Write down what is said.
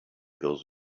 goes